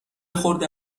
خورده